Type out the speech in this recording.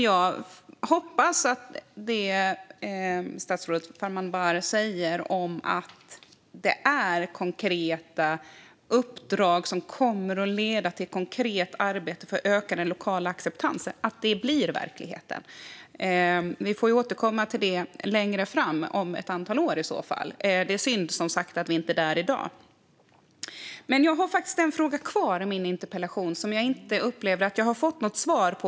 Jag hoppas att det som statsrådet Farmanbar säger om konkreta uppdrag som kommer att leda till konkret arbete för att öka den lokala acceptansen blir verklighet. Vi får återkomma till det om ett antal år. Det är som sagt synd att vi inte är där i dag. Jag har en fråga kvar. Det är en fråga i min interpellation som jag inte upplever att jag har fått något svar på.